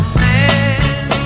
man